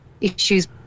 issues